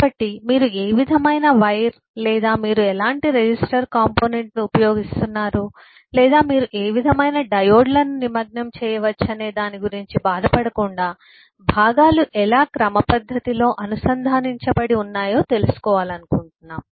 కాబట్టి మీరు ఏ విధమైన వైర్ లేదా మీరు ఎలాంటి రెసిస్టర్ కాంపోనెంట్ను ఉపయోగిస్తున్నారు లేదా మీరు ఏ విధమైన డయోడ్లను నిమగ్నం చేయవచ్చనే దాని గురించి బాధపడకుండా భాగాలు ఎలా క్రమపద్ధతిలో అనుసంధానించబడి ఉన్నాయో తెలుసుకోవాలనుకుంటున్నాము